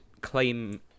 claim